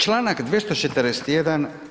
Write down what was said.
Članak 241.